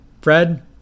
Fred